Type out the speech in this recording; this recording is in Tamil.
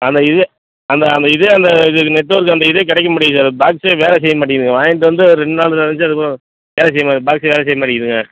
அந்த இதே அந்த அந்த இதே அந்த இது நெட்ஒர்க் அந்த இதே கிடைக்க மாட்டேங்கிது அந்த பாக்ஸே வேலை செய்ய மாட்டேங்கிதுங்க வாங்கிட்டு வந்து ஒரு ரெண்டு நாள் இதாக இருந்துச்சு அதுக்கப்புறம் வேலை செய்ய மா பாக்ஸே வேலை செய்ய மாட்டேங்கிதுங்க